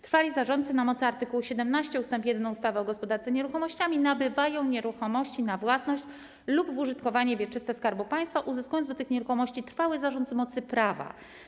Trwali zarządcy na mocy art. 17 ust. 1 ustawy o gospodarce nieruchomościami nabywają nieruchomości na własność lub w użytkowanie wieczyste Skarbu Państwa, uzyskując do tych nieruchomości trwały zarząd z mocy prawa.